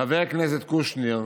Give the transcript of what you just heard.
חבר הכנסת קושניר,